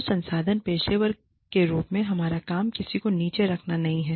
मानव संसाधन पेशेवरों के रूप में हमारा काम किसी को नीचे रखना नहीं है